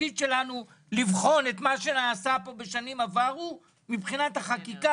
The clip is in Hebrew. התפקיד שלנו לבחון את מה שנעשה פה בשנים עברו מבחינת החקיקה,